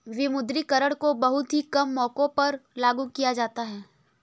विमुद्रीकरण को बहुत ही कम मौकों पर लागू किया जाता है